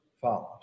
follows